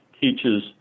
teaches